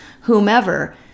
whomever